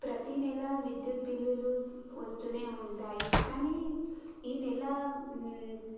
ప్రతీ నెల విద్యుత్ బిల్లులు వస్తూనే ఉంటాయి కానీ ఈ నెల